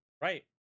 Right